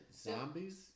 zombies